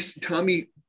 Tommy